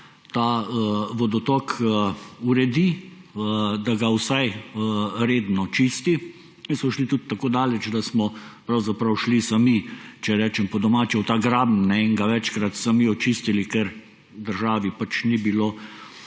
ta vodotok uredi, da ga vsaj redno čisti. Mi smo šli tudi tako daleč, da smo pravzaprav šli sami, če rečem po domače, v ta graben in ga večkrat sami očistili, ker državi pač ni bilo